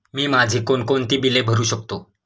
मी माझी कोणकोणती बिले भरू शकतो?